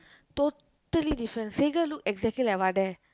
totally different Sekar look exactly like Vadai